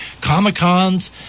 Comic-Cons